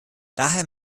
daher